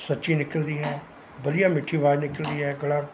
ਸੱਚੀ ਨਿਕਲਦੀ ਹੈ ਵਧੀਆ ਮਿੱਠੀ ਅਵਾਜ਼ ਨਿਕਲਦੀ ਹੈ ਗਲਾ